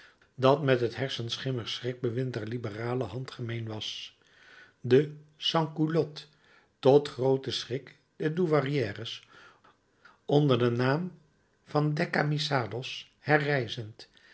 dat met het hersenschimmig schrikbewind der liberalen handgemeen was de sansculottes tot grooten schrik der douairières onder den naam van descamisados